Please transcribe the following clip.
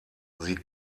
sie